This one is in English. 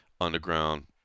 Underground